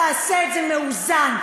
תעשה את זה מאוזן.